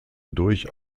durch